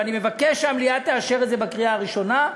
ואני מבקש שהמליאה תאשר את זה בקריאה ראשונה,